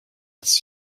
als